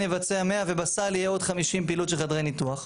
יבצע 100 ובסל יהיה עוד 50 פעילות של חדרי ניתוח,